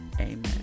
amen